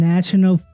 National